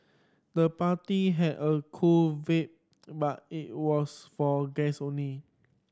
the party had a cool vibe but it was for guests only